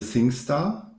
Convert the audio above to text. singstar